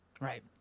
Right